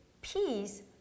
Peace